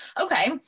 okay